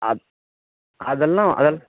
அது அதெல்லாம் அதெல்லாம்